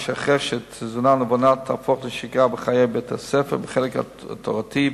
אחרי שתזונה נבונה תהפוך לשגרה בחיי בית-הספר בחלק התורתי,